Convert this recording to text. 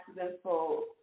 accidental